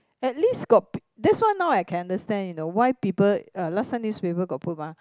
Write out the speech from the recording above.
at least got p~ that's why now I can understand you know why people uh last time newspaper got put mah